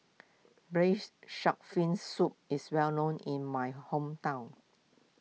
Braised Shark Fin Soup is well known in my hometown